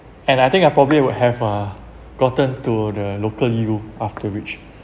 and I think I probably would have uh gotten to the local U after which